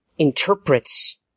interprets